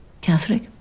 Catholic